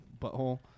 butthole